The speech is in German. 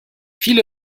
viele